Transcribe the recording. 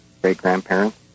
great-grandparents